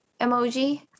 emoji